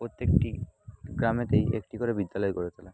প্রত্যেকটি গ্রামেতেই একটি করে বিদ্যালয় গড়ে তোলা